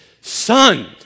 son